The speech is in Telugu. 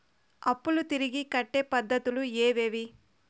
అప్పులు తిరిగి కట్టే పద్ధతులు ఏవేవి